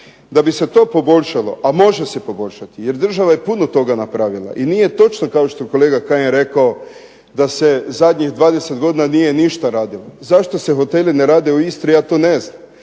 Da bi se to poboljšalo, a može se poboljšati, jer država je puno toga napravila, i nije točno kao što je kolega Kajin rekao da se zadnjih 20 godina nije ništa radilo. Zašto se hoteli ne rade u Istri, ja to ne znam,